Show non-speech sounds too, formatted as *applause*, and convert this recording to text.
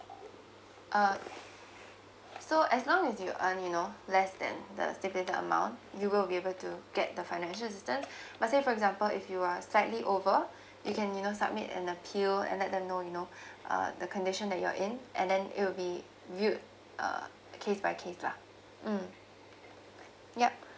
uh so as long as you earn you know less than the stated amount you will be able to get the financial assistance *breath* but say for example if you are slightly over you can you know submit and appeal and let them know you know *breath* uh the condition that you're in and then it will be viewed uh case by case lah mm ya